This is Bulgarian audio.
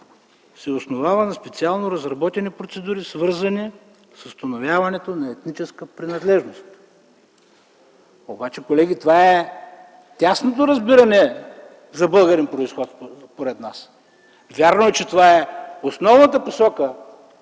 се основава на специално разработени процедури, свързани с установяването на етническа принадлежност”. Колеги, това е тясното разбиране за български произход според нас. Вярно е, че това е основната посока,